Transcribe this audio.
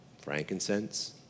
frankincense